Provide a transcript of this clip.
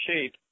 shape